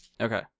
Okay